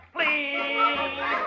Please